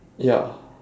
ya